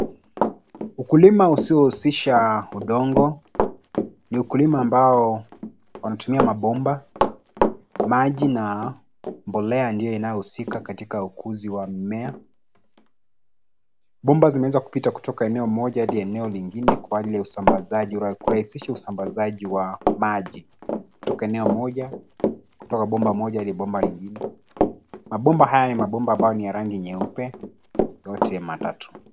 Ukulima usiohusisha udongo, ni ukulima ambao wanatumia mabomba, maji na mbolea ya njia inayohusika katika ukuzi wa mimea. Bomba zimeweza kupita kutoka eneo mmoja hadi eneo lingine kwa ajili ya usambazaji kurahisisha usambazaji wa maji kutoka eneo moja, kutoka bomba moja hadi bomba lingine. Mabomba haya ni mabomba ambayo ni ya rangi nyeupe yote matatu.